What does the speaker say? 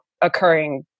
occurring